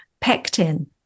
pectin